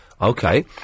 Okay